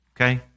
okay